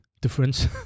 difference